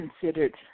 considered